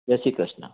Jay Shri Krishna